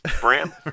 Bram